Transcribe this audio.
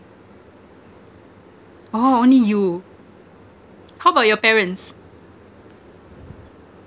oh only you how about your parents